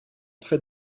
très